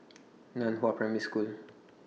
NAN Hua Primary School